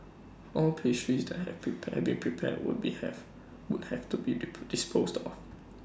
all pastries that have have been prepared would have to be disposed of